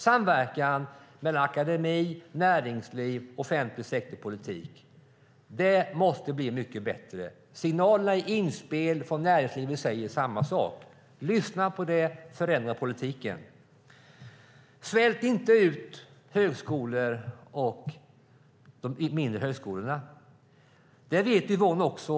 Samverkan mellan akademi, näringsliv, offentlig sektor och politik måste bli mycket bättre. Signalerna i inspel från näringslivet säger samma sak. Lyssna på det! Förändra politiken! Svält inte ut de mindre högskolorna. Yvonne vet det också.